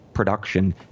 production